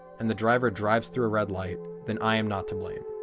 and the driver drives through a red light, then i am not to blame.